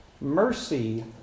Mercy